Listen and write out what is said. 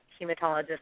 hematologist